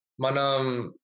manam